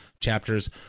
chapters